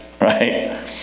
right